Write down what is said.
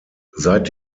seit